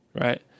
Right